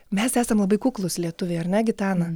mes esam labai kuklūs lietuviai ar ne gitana